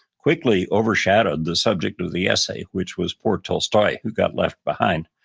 quickly overshadowed the subject of the essay which was poor tolstoy who got left behind.